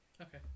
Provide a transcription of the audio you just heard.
Okay